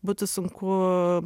būtų sunku